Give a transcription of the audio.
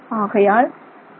ஆகையால் ஆர்